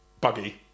buggy